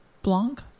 Blanc